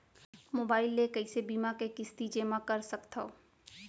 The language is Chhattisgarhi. मोबाइल ले कइसे बीमा के किस्ती जेमा कर सकथव?